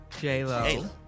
J-Lo